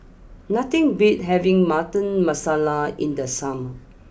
nothing beats having Butter Masala in the summer